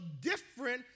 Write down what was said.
different